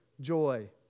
joy